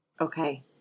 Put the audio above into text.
Okay